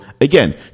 again